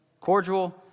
cordial